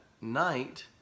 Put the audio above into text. night